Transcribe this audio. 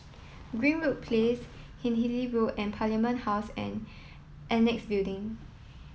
Greenwood Place Hindhede Road and Parliament House and Annexe Building